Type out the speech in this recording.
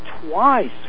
twice